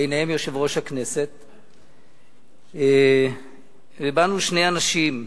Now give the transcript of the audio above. ביניהם יושב-ראש הכנסת, 1978?